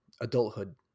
adulthood